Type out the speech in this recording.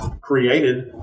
created